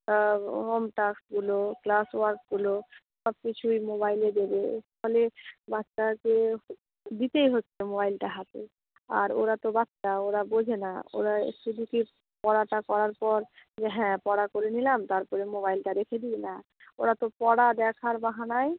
আর হোমটাস্কগুলো ক্লাসওয়ার্কগুলো সবকিছুই মোবাইলে দেবে ফলে বাচ্চাকেও দিতেই হচ্ছে মোবাইলটা হাতে আর ওরা তো বাচ্চা ওরা বোঝে না ওরা শুধু কী পড়াটা করার পর হ্যাঁ পড়া করে নিলাম তারপরে মোবাইলটা রেখে দিই না ওরা তো পড়া দেখার বাহানায়